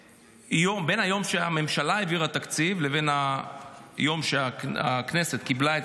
היום שהממשלה העבירה תקציב לבין היום שהכנסת קיבלה את